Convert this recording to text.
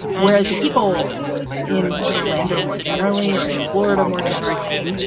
whereas the people in orlando more generally or in florida more generally,